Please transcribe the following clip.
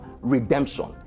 redemption